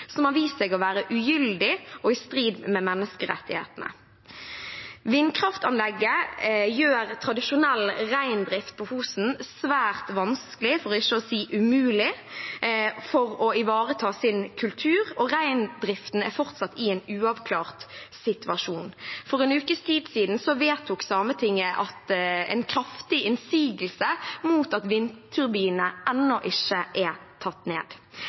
som har vist seg å være ugyldig og i strid med menneskerettighetene. Vindkraftanlegget gjør tradisjonell reindrift på Fosen svært vanskelig, for ikke å si umulig, for å ivareta sin kultur, og reindriften er fortsatt i en uavklart situasjon. For en ukes tid siden vedtok Sametinget en kraftig innsigelse mot at vindturbinene ennå ikke er tatt ned,